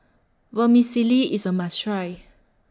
Vermicelli IS A must Try